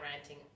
ranting